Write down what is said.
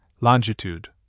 longitude